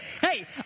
hey